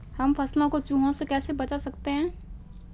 हम फसलों को चूहों से कैसे बचा सकते हैं?